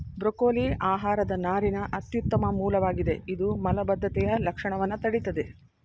broccoli ಆಹಾರದ ನಾರಿನ ಅತ್ಯುತ್ತಮ ಮೂಲವಾಗಿದೆ ಇದು ಮಲಬದ್ಧತೆಯ ಲಕ್ಷಣವನ್ನ ತಡಿತದೆ